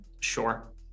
sure